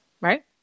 Right